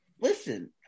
Listen